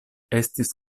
estis